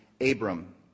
Abram